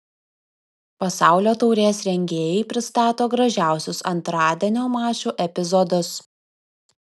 pasaulio taurės rengėjai pristato gražiausius antradienio mačų epizodus